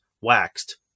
waxed